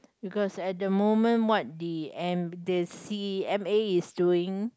because at the moment what the M the c_m_a is doing